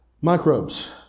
Microbes